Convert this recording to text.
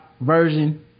version